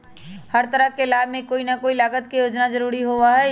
हर तरह के लाभ में कोई ना कोई लागत के होना जरूरी होबा हई